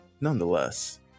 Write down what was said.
nonetheless